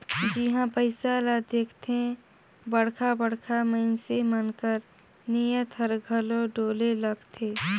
जिहां पइसा ल देखथे बड़खा बड़खा मइनसे मन कर नीयत हर घलो डोले लगथे